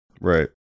Right